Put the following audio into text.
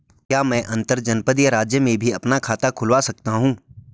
क्या मैं अंतर्जनपदीय राज्य में भी अपना खाता खुलवा सकता हूँ?